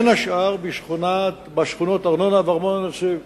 בין השאר בשכונות ארנונה וארמון-הנציב.